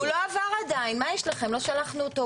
הוא לא עבר עדיין, מה יש לכם, לא שלחנו אותו.